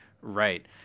Right